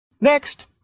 Next